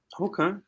Okay